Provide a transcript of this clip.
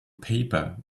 paper